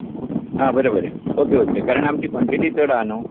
आं बरें बरें ओके ओके कारण आमची कॉन्टिटी चड आहा न्हू